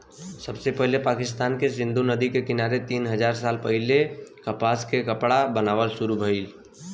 सबसे पहिले पाकिस्तान के सिंधु नदी के किनारे तीन हजार साल पहिले कपास से कपड़ा बनावल शुरू भइल